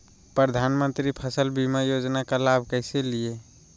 प्रधानमंत्री फसल बीमा योजना का लाभ कैसे लिये?